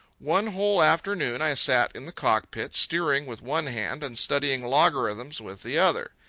one whole afternoon i sat in the cockpit, steering with one hand and studying logarithms with the other.